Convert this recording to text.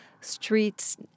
streets